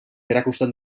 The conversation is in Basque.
erakusten